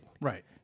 Right